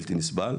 נסבל.